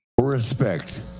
Respect